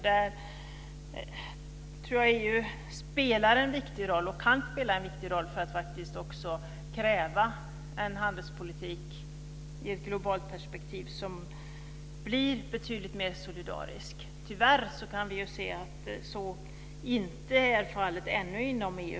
Där kan EU spela en viktig roll och faktiskt kräva en handelspolitik i ett globalt perspektiv som blir betydligt mer solidarisk. Tyvärr kan vi se att så ännu inte är fallet inom EU.